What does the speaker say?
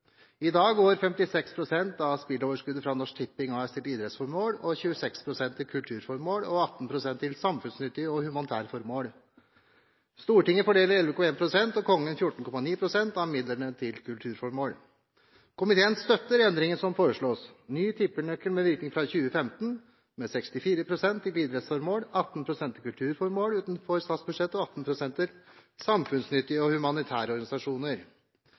I dag går 56 pst. av spilleoverskuddet fra Norsk Tipping AS til idrettsformål, 26 pst. til kulturformål og 18 pst. til samfunnsnyttige og humanitære formål. Stortinget fordeler 11,1 pst. og Kongen 14,9 pst. av midlene til kulturformål. Komiteen støtter endringen som foreslås: ny tippenøkkel med virkning fra 2015 med 64 pst. til idrettsformål, 18 pst. til kulturformål utenfor statsbudsjettet og 18 pst. til samfunnsnyttige og humanitære organisasjoner.